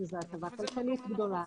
שזו הטבה כלכלית גדולה,